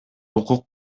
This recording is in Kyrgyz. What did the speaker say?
укук